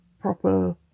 proper